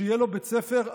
שיהיה לו בית ספר,